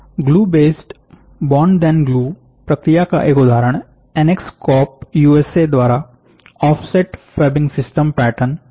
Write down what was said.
glue based bond then glue प्रक्रिया का एक उदाहरण एनेक्स कॉर्प यूएसएAnex Corp USA द्वारा ऑफसेट फैबिंग सिस्टम पैटर्न है